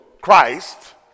Christ